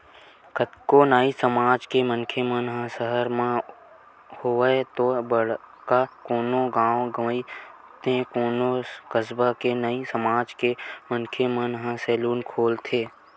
कतको नाई समाज के मनखे मन ह सहर म होवय ते बड़का कोनो गाँव गंवई ते कोनो कस्बा के नाई समाज के मनखे मन ह सैलून खोलथे